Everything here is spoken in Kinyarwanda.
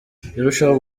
irushaho